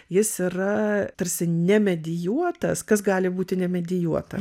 jis yra tarsi nemedijuotas kas gali būti nemedijuota